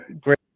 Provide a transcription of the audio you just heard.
Great